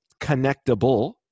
connectable